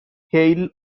hail